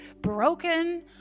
broken